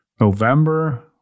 November